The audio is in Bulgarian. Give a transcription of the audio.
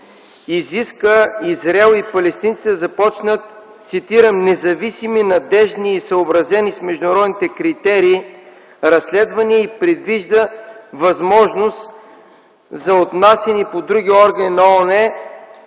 изиска Израел и палестинците да започнат цитирам, „независими надеждни и съобразени с международните критерии разследвания” и предвижда възможност за отнасяне и към други органи на ООН,